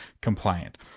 compliant